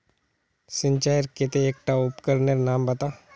सिंचाईर केते एकटा उपकरनेर नाम बता?